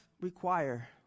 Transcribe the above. require